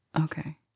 Okay